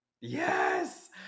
Yes